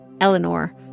Eleanor